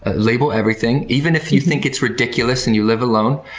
label everything, even if you think it's ridiculous and you live alone,